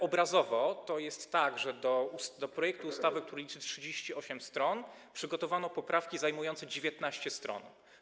Obrazowo to wygląda tak, że do projektu ustawy, który liczy 38 stron, przygotowano poprawki zajmujące 19 stron.